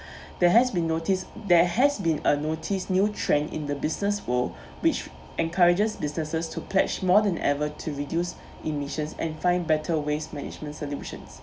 there has been noticed there has been a notice new trend in the business world which encourages businesses to pledge more than ever to reduce emissions and find better waste management solutions